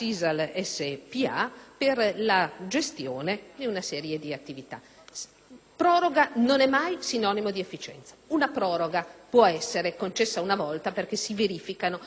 proroga non è mai sinonimo di efficienza; una proroga può essereconcessa una volta perché si verificano delle condizioni contingenti che la rendono necessaria. Siamo alla quinta